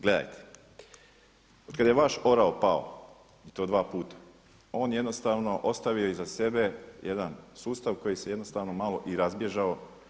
Gledajte, otkada je vaš orao pao i to dva puta, on jednostavno ostavio je iza sebe jedan sustav koji se jednostavno malo i razbježao.